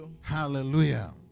Hallelujah